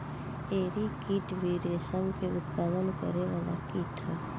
एरी कीट भी रेशम के उत्पादन करे वाला कीट ह